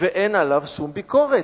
ואין עליו שום ביקורת.